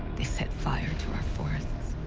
they set fire to our forests.